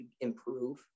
improve